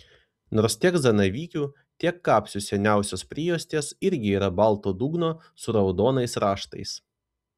nors tiek zanavykių tiek kapsių seniausios prijuostės irgi yra balto dugno su raudonais raštais